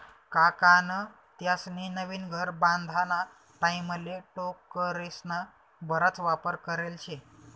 काकान त्यास्नी नवीन घर बांधाना टाईमले टोकरेस्ना बराच वापर करेल शे